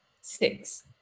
Six